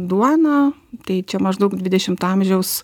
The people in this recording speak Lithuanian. duona tai čia maždaug dvidešimto amžiaus